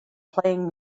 playing